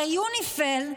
הרי יוניפי"ל,